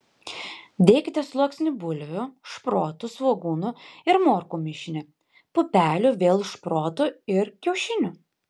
dėkite sluoksnį bulvių šprotų svogūnų ir morkų mišinį pupelių vėl šprotų ir kiaušinių